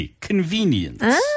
convenience